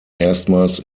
erstmals